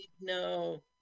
no